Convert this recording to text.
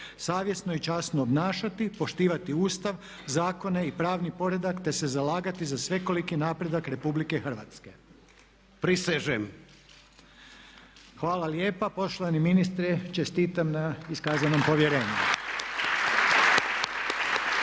savjesno i časno obnašati, poštivati Ustav, zakone i pravni poredak, te se zalagati za svekoliki napredak Republike Hrvatske." **Medved, Tomo (HDZ)** Prisežem. **Reiner, Željko (HDZ)** Hvala lijepa. Poštovani ministre, čestitam na iskazanom povjerenju.